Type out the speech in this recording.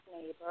neighbor